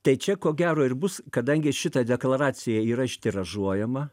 tai čia ko gero ir bus kadangi šita deklaracija yra ištiražuojama